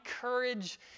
courage